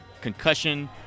Concussion